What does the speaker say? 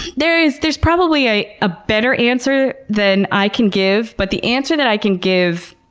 there's there's probably a ah better answer than i can give, but the answer that i can give,